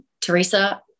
Teresa